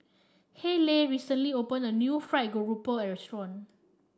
Hayleigh recently opened a new fried grouper restaurant